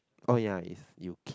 oh ya if you keep